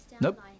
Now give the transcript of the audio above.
Nope